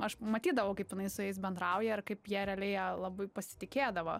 aš matydavau kaip jinai su jais bendrauja ir kaip jie realiai ja labai pasitikėdavo